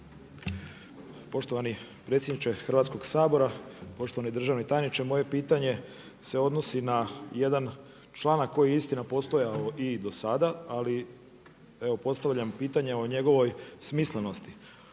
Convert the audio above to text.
Poštovani predsjedniče Hrvatskog sabora. Poštovani državne tajniče, moje pitanje se odnosi na jedan članak koji je istina postojao i do sada, ali evo postavljam pitanje o njegovoj smislenosti.